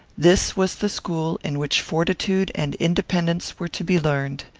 this was the school in which fortitude and independence were to be learned.